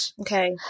Okay